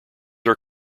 are